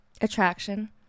Attraction